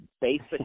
basic